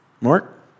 Mark